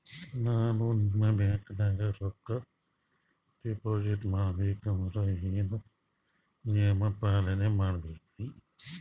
ನಾನು ನಿಮ್ಮ ಬ್ಯಾಂಕನಾಗ ರೊಕ್ಕಾ ಡಿಪಾಜಿಟ್ ಮಾಡ ಬೇಕಂದ್ರ ಏನೇನು ನಿಯಮ ಪಾಲನೇ ಮಾಡ್ಬೇಕ್ರಿ?